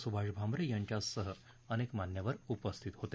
सुभाष भामरे यांच्यासह अनेक मान्यवर उपस्थित होते